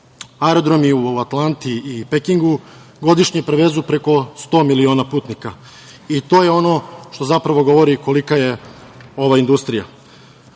Aerodromi u Atlanti i Pekingu, godišnje prevezu preko 100 miliona putnika i to je ono, što zapravo govori kolika je ova